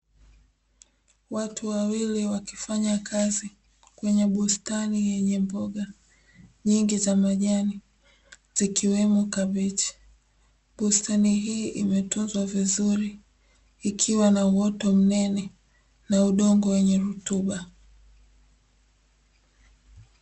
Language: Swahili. Watu wawili wakifanyakazi kwenye bustani yenye mboga nyingi za majani zikiwemo kabichi, bustani hii imetunzwa vizuri ikiwa na uoto mnene na udongo wenye rutuba.